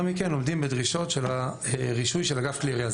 מכן עומדים בדרישות הרישוי של האגף לכלי ירייה.